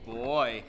boy